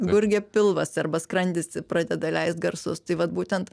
gurgia pilvas arba skrandis pradeda leist garsus tai vat būtent